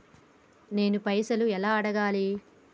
నేను పైసలు ఎలా అడగాలి?